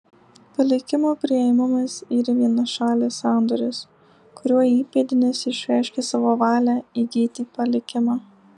palikimo priėmimas yra vienašalis sandoris kuriuo įpėdinis išreiškia savo valią įgyti palikimą